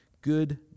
good